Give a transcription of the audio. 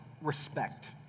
respect